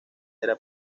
era